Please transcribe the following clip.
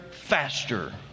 faster